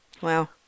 Wow